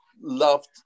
loved